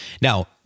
Now